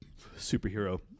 superhero